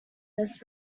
this